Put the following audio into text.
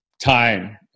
time